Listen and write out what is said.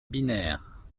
binaire